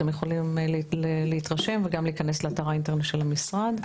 אתם יכולים להתרשם וגם להיכנס לאתר האינטרנט של המשרד.